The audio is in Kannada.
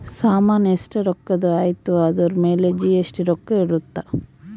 ಸಾಮನ್ ಎಸ್ಟ ರೊಕ್ಕಧ್ ಅಯ್ತಿ ಅದುರ್ ಮೇಲೆ ಜಿ.ಎಸ್.ಟಿ ರೊಕ್ಕ ಇರುತ್ತ